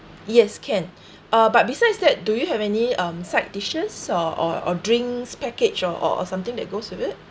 yes can ah but besides that do you have any um side dishes or or or drinks package or or or something that goes with it